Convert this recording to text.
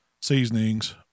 seasonings